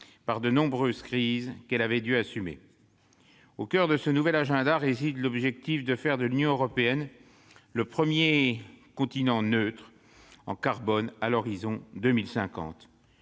par les nombreuses crises qu'elle avait dû assumer. Au coeur de ce nouvel agenda réside l'objectif de faire de l'Union européenne le premier continent neutre en matière d'émissions